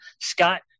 Scott